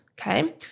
Okay